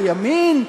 או ימין,